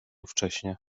wcześnie